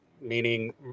meaning